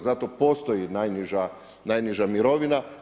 Zato postoji najniža mirovina.